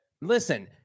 listen